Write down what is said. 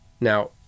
Now